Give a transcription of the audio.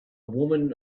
woman